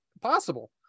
possible